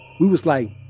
we was like